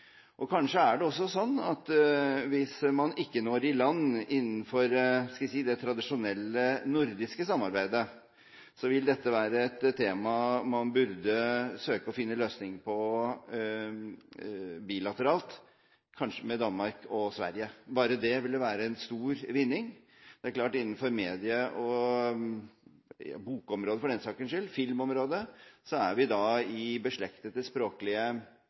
betydning. Kanskje er det også sånn at hvis man ikke når i land innenfor det tradisjonelle nordiske samarbeidet, så vil dette være et tema man burde søke å finne en løsning på bilateralt, kanskje med Danmark og Sverige. Bare det ville være en stor vinning. Det er klart at innenfor medieområdet, filmområdet – og bokområdet, for den saks skyld – er vi i et beslektet